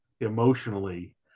emotionally